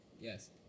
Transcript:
Yes